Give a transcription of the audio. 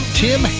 tim